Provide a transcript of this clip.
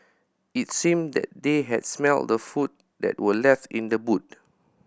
it seemed that they had smelt the food that were left in the boot